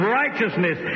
righteousness